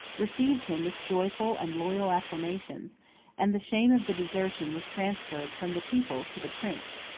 received him with joyful and loyal acclamations and the shame of the desertion was transferred from the people to the prince.